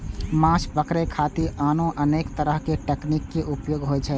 माछ पकड़े खातिर आनो अनेक तरक तकनीक के उपयोग होइ छै